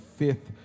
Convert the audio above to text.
fifth